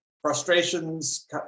frustrations